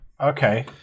Okay